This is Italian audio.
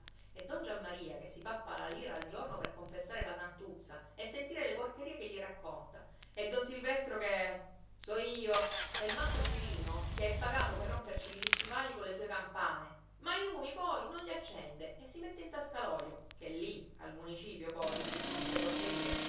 e don giammaria che si pappa la lira al giorno per confessare la santuzza e sentire le porcherie che gli racconta e don silvestro che so io e mastro cirino che è pagato per romperci gli stivali colle sue campane ma i lumi poi non li accende e si mette in tasca l'olio ché lì al municipio poi ci son altre porcherie